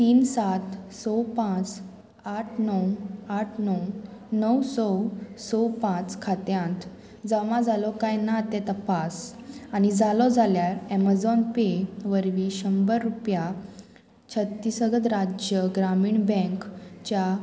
तीन सात स पांच आठ णव आठ णव णव स स पांच खात्यांत जमा जालो काय ना तें तपास आनी जालो जाल्यार एमेझॉन पे वरवीं शंबर रुपया छत्तीसगढ राज्य ग्रामीण बँकच्या